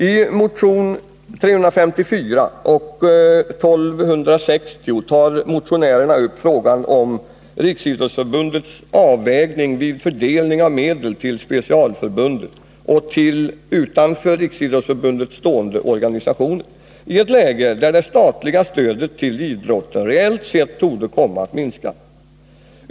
I motionerna 354 och 1260 tar man upp frågan om Riksidrottsförbundets avvägning vid fördelning av medel till specialförbunden och till utanför Riksidrottsförbundet stående organisationer i ett läge där det statliga stödet till idrotten reellt sett torde komma att minska.